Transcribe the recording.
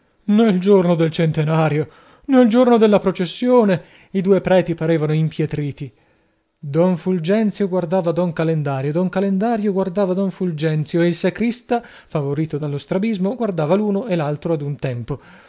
nel giorno del centenario nel giorno della processione i due preti parevano impietriti don fulgenzio guardava don calendario don calendario guardava don fulgenzio e il sacrista favorito dallo strabismo guardava l'uno e l'altro ad un tempo